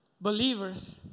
believers